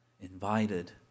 invited